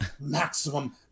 maximum